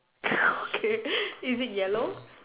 okay is it yellow